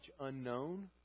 unknown